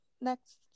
next